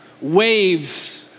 waves